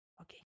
Okay